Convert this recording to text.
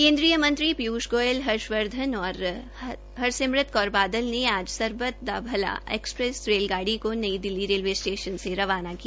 केन्द्रीय मंत्री पीय्ष गोयल हर्षवर्धन और श्रीमती हरसिमरत कौर बादल ने आज सरबत दा भला एक्सप्रेस रेलगाड़ी को नई दिल्ली रेलवे सटेशन से रवाना किया